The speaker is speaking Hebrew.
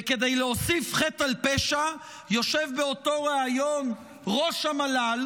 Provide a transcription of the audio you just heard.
וכדי להוסיף חטא על פשע יושב באותו ריאיון ראש המל"ל